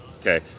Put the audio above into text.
Okay